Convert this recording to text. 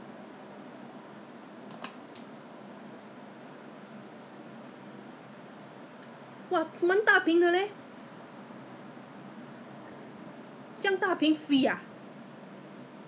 then 就 that that that salesperson was did a very good job lah 他就一直跟我介绍介绍 lor end up buying because !aiya! 我也是贪心 lah 因为 thirty percent discount [what] so might as well 一次过买 whatever I need right thirty percent is a lot leh